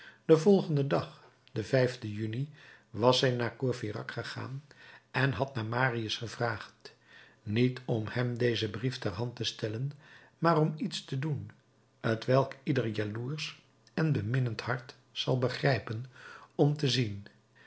den volgenden dag den juni was zij naar courfeyrac gegaan en had naar marius gevraagd niet om hem dezen brief ter hand te stellen maar om iets te doen t welk ieder jaloersch en beminnend hart zal begrijpen om te zien